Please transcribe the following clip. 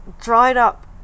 dried-up